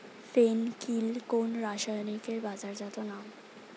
ফেন কিল কোন রাসায়নিকের বাজারজাত নাম?